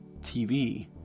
TV